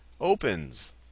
opens